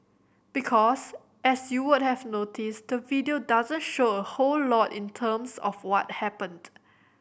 because as you would have noticed the video doesn't show a whole lot in terms of what happened